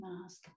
mask